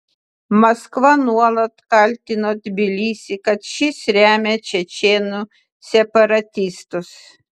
maskva nuolat kaltino tbilisį kad šis remia čečėnų separatistus